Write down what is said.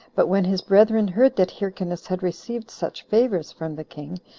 but when his brethren heard that hyrcanus had received such favors from the king,